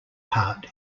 part